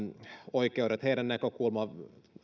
oikeudet heidän näkökulmansa